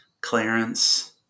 Clarence